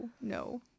No